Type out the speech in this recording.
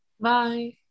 Bye